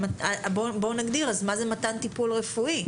בואו נגדיר מה זה מתן טיפול רפואי.